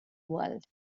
world